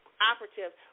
operatives